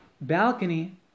balcony